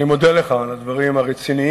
אני מודה לך על הדברים הרציניים,